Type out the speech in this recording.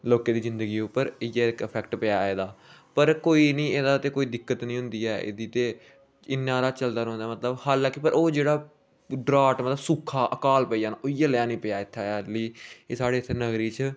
लोकें दी जिंदगी उप्पर इ'यै इक इफेक्ट पेआ एह्दा पर कोई निं एहदा ते कोई दिक्कत निं होंदी ऐ एह्दी ते इ'न्ना हारा चलदा रौहंदा मतलब हलाकि पर ओह् जेह्ड़ा ड्राउट मतलब सूखा अकाल पेई जाना उ'यै नेआ निं पेआ इ'त्थें एह् साढ़े इ'त्थें नगरी च